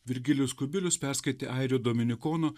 virgilijus kubilius perskaitė airių dominikono